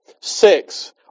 Six